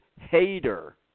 hater